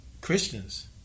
Christians